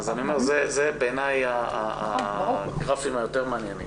אלה בעיני הגרפים היותר מעניינים.